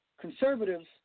conservatives